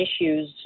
issues